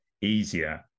easier